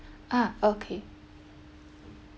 ah okay